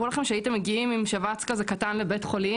והיה מן הראוי שבמצב הזה הם יוכלו לשהות יותר בבית החולים